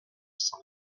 cent